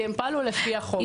כי הם פעלו לפי החוק.